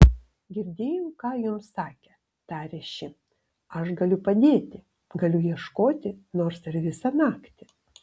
girdėjau ką jums sakė tarė ši aš galiu padėti galiu ieškoti nors ir visą naktį